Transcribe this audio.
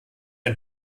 ein